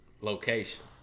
location